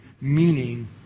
meaning